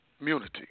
immunity